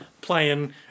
playing